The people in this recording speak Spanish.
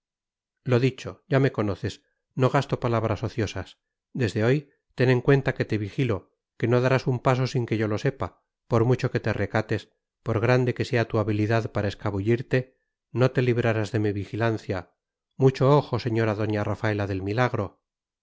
corrección lo dicho ya me conoces no gasto palabras ociosas desde hoy ten en cuenta que te vigilo que no darás un paso sin que yo lo sepa por mucho que te recates por grande que sea tu habilidad para escabullirte no te librarás de mi vigilancia mucho ojo señora doña rafaela del milagro